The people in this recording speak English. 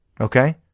Okay